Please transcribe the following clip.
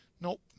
Nope